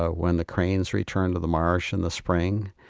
ah when the cranes return to the marsh in the spring,